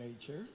nature